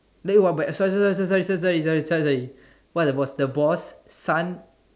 like !wah! but sorry sorry sorry sorry sorry sorry what the boss the boss son